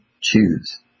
choose